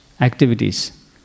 activities